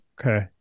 Okay